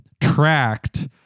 tracked